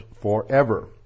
forever